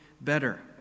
better